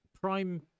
prime